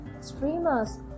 streamers